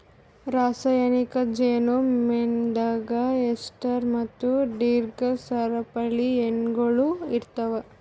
ರಾಸಾಯನಿಕ್ ಜೇನು ಮೇಣದಾಗ್ ಎಸ್ಟರ್ ಮತ್ತ ದೀರ್ಘ ಸರಪಳಿ ಎಣ್ಣೆಗೊಳ್ ಇರ್ತಾವ್